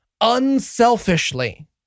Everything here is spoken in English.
unselfishly